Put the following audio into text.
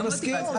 אני מסכים.